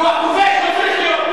כי כוח כובש לא צריך להיות.